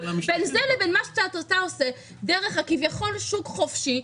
למה שאתה עושה דרך שוק חופשי,